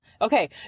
Okay